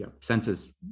census